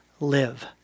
live